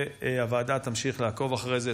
והוועדה תמשיך לעקוב אחרי זה.